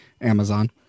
Amazon